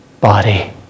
body